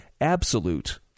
absolute